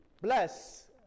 bless